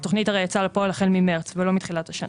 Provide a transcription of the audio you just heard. התכנית הרי יצאה לפועל החל ממרץ ולא מתחילת השנה.